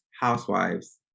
housewives